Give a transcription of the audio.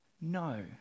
No